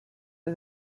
for